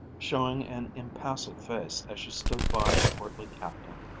showing an impassive face as she stood by the portly captain,